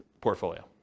portfolio